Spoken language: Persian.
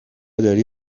داری